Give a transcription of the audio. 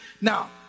Now